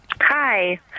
Hi